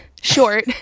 short